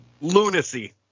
lunacy